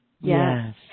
Yes